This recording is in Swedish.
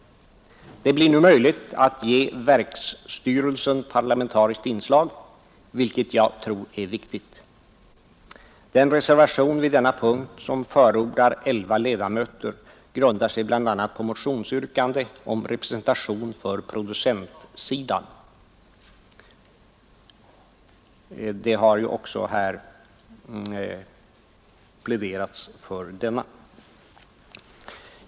Det blir nu möjligt att ge verksstyrelsen parlamentariskt inslag, vilket jag tror är viktigt. Den reservation vid denna punkt som förordar elva ledamöter grundar sig bl.a. på motionsyrkande om representation för producentsidan. Det har ju här också pläderats för denna.